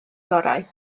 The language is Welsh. gorau